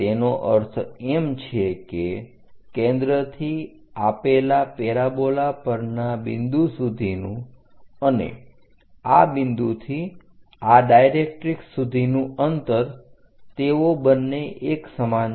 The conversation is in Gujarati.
તેનો અર્થ એમ છે કે કેન્દ્રથી આપેલા પેરાબોલા પરના બિંદુ સુધીનું અને આ બિંદુથી આ ડાયરેક્ટરીક્ષ સુધીનું અંતર તેઓ બંને એક સમાન છે